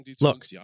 look